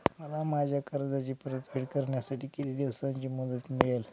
मला माझ्या कर्जाची परतफेड करण्यासाठी किती दिवसांची मुदत मिळेल?